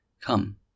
come